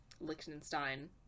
Liechtenstein